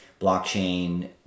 blockchain